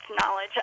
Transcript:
knowledge